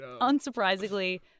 unsurprisingly